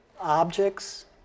objects